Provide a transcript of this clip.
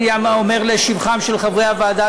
אני אומר לשבחם של חברי הוועדה,